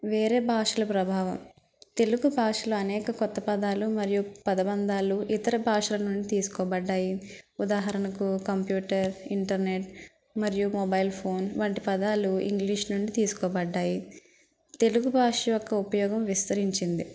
వేరే భాషల ప్రభావం తెలుగు భాషలో అనేక కొత్త పదాలు మరియు పదబంధాలు ఇతర భాషల నుండి తీసుకోబడ్డాయ్ ఉదాహరణకు కంప్యూటర్ ఇంటర్నెట్ మరియు మొబైల్ ఫోన్ వంటి పదాలు ఇంగ్లీష్ నుండి తీసుకోబడ్డాయ్ తెలుగు భాష యొక్క ఉపయోగం విస్తరించింది